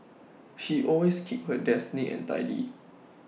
she always keeps her desk neat and tidy